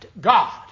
God